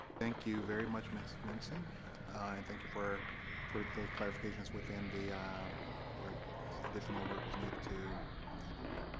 thank you very much ms menson and thank you for for those clarifications within the where additional work was needed to edit.